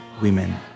women